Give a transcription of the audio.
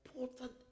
important